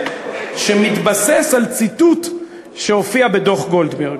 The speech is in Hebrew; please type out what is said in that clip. שמתבסס על ציטוט שהופיע בדוח גולדברג.